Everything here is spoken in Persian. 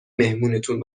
مهمونتون